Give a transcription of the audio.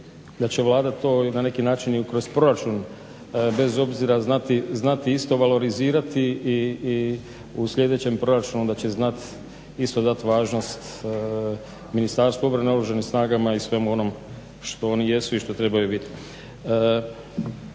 da će Vlada to i na neki način kroz proračun bez obzira znati isto valorizirati i onda u sljedećem proračunu će onda znati isto dati važnost Ministarstvu obrane, Oružanim snagama i svemu onome što oni jesu i što trebaju biti.